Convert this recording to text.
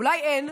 אולי אין?